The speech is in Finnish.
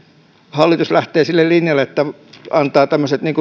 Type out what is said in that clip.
hallitus lähtee sille linjalle että alkaa tämmöiset